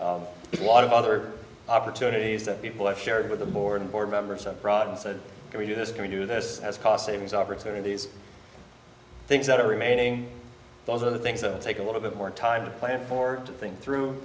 with lot of other opportunities that people have shared with the board and board members of broad and said can we do this can we do this as cost savings opportunities things that are remaining those are the things that take a little bit more time to plan for to think through